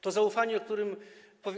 To zaufanie, o którym.